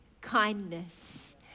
kindness